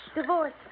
Divorce